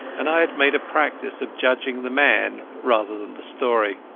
and i had made a practice of judging the man rather than the story.